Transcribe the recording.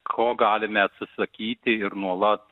ko galime atsisakyti ir nuolat